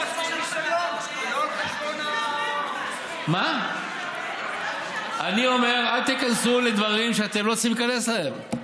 אני אומר: אל תיכנסו לדברים שאתם לא צריכים להיכנס אליהם.